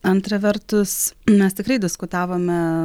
antra vertus mes tikrai diskutavome